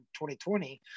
2020